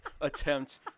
attempt